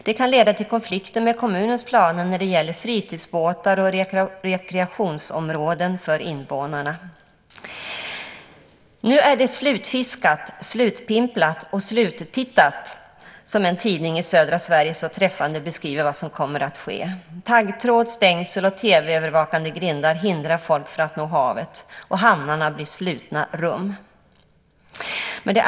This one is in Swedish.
Det kan leda till konflikter med kommunens planer när det gäller fritidsbåtar och rekreationsområden för invånarna. Nu är det slutfiskat, slutpimplat och sluttittat, som en tidning i södra Sverige så träffande beskriver vad som kommer att ske. Taggtråd, stängsel och TV-övervakade grindar hindrar folk från att nå havet. Hamnarna blir slutna rum.